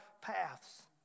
paths